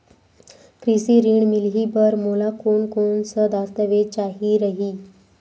कृषि ऋण मिलही बर मोला कोन कोन स दस्तावेज चाही रही?